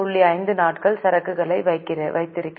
5 நாட்கள் சரக்குகளை வைத்திருக்கிறது